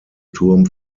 turm